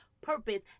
purpose